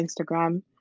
Instagram